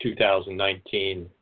2019